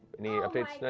any updates?